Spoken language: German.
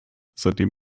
seitdem